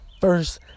First